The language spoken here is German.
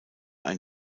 ein